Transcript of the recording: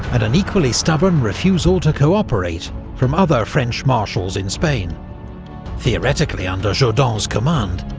and an equally stubborn refusal to co-operate from other french marshals in spain theoretically under jourdan's command,